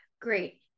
Great